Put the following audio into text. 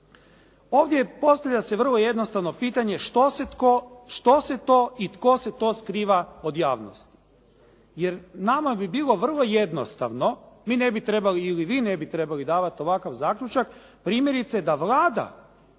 Ovdje se postavlja vrlo jednostavno pitanje, što se to i tko se to skriva od javnosti? jer nama bi bilo vrlo jednostavno mi ne bi trebali ili vi ne bi trebali davati ovakav zaključak, primjerice da Vlada